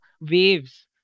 waves